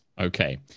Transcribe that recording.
Okay